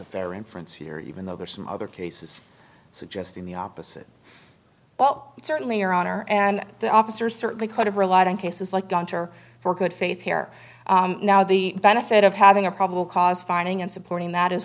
a fair inference here even though there are some other cases suggesting the opposite well certainly your honor and the officer certainly could have relied on cases like gunter for good faith here now the benefit of having a probable cause finding and supporting that is